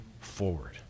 forward